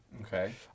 Okay